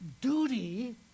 duty